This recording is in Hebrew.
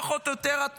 פחות או יותר.